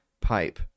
pipe